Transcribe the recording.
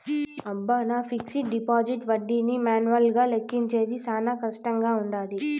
అబ్బ, నా fixed deposit ఒడ్డీని మాన్యువల్గా లెక్కించేది శానా కష్టంగా వుండాది